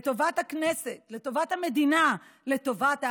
לטובת הכנסת, לטובת המדינה, לטובת העם,